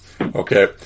Okay